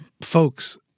Folks